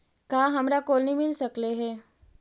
का हमरा कोलनी मिल सकले हे?